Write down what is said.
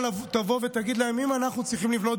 תבוא ותצביע נגד חוק